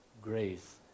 Grace